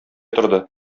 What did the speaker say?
торды